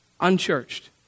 unchurched